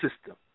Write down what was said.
system